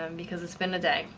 um because it's been a day,